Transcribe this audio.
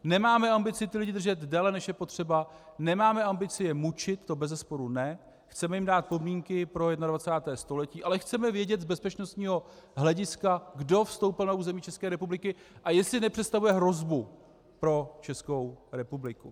Nemáme ambici ty lidi držet déle, než je potřeba, nemáme ambici je mučit, to bezesporu ne, chceme jim dát podmínky pro 21. století, ale chceme vědět z bezpečnostního hlediska, kdo vstoupil na území České republiky a jestli nepředstavuje hrozbu pro Českou republiku.